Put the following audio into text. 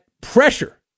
pressure